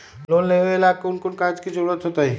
Loan लेवेला कौन कौन कागज के जरूरत होतई?